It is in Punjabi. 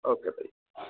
ਓਕੇ ਭਾਅ ਜੀ